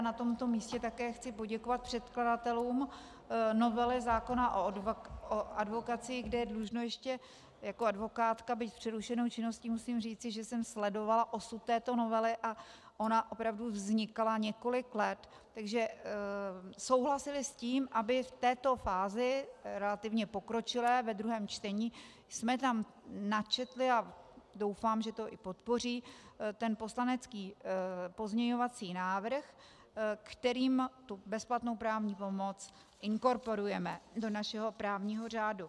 Na tomto místě také chci poděkovat předkladatelům novely zákona o advokacii, kde je dlužno ještě jako advokátka, byť s přerušenou činností, musím říci, že jsem sledovala osud této novely, a ona opravdu vznikala několik let že souhlasili s tím, abychom v této fázi, relativně pokročilé, ve druhém čtení, tam načetli, a doufám, že to i podpoří, ten poslanecký pozměňovací návrh, kterým bezplatnou právní pomoc inkorporujeme do našeho právního řádu.